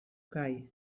kai